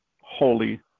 holy